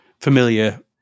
familiar